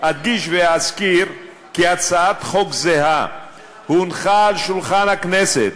אדגיש ואזכיר כי הצעת חוק זהה הונחה על שולחן הכנסת